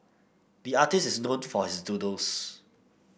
the artist is known for his doodles